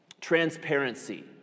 transparency